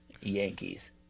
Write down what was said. Yankees